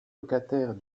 locataire